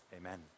Amen